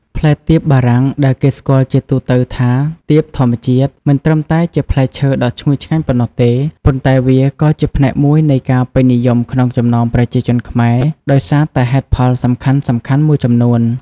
ផ្លែទៀបបារាំងដែលគេស្គាល់ជាទូទៅថា ទៀបធម្មជាតិ មិនត្រឹមតែជាផ្លែឈើដ៏ឈ្ងុយឆ្ងាញ់ប៉ុណ្ណោះទេ ប៉ុន្តែវាក៏ជាផ្នែកមួយនៃការពេញនិយមក្នុងចំណោមប្រជាជនខ្មែរ ដោយសារតែហេតុផលសំខាន់ៗមួយចំនួន។